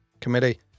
committee